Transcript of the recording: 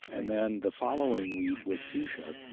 and then the following week with fuchsia.